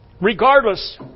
Regardless